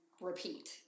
repeat